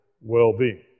well-being